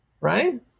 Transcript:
Right